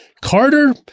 Carter